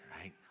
right